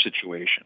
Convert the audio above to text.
situation